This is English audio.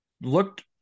looked